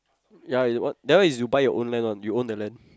ya is what that one is you buy your own land one you own that land